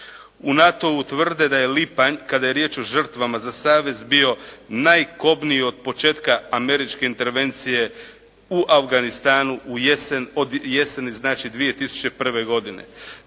U NATO-u tvrde da je lipanj, kada je riječ o žrtvama za savez bio najkobniji od početka američke intervencije u Afganistanu u jeseni, znači 2001. godine.